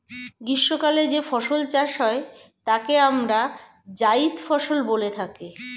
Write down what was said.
গ্রীষ্মকালে যে ফসল চাষ হয় তাকে আমরা জায়িদ ফসল বলে থাকি